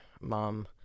mom